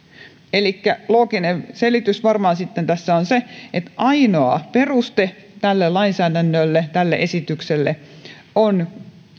elikkä looginen selitys varmaan sitten tässä on se että ainoa peruste tälle lainsäädännölle tälle esitykselle on